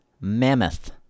mammoth